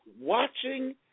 watching